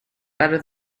better